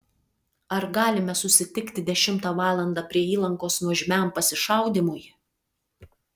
ar galime susitikti dešimtą valandą prie įlankos nuožmiam pasišaudymui